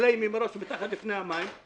החקלאים עם ראש מתחת לפני המים,